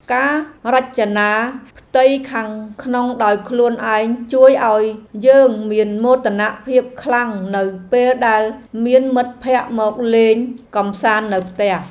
ការរចនាផ្ទៃខាងក្នុងដោយខ្លួនឯងជួយឱ្យយើងមានមោទនភាពខ្លាំងនៅពេលដែលមានមិត្តភក្តិមកលេងកម្សាន្តនៅផ្ទះ។